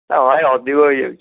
ନା ଭାଇ ଅଧିକ ହେଇଯାଉଛି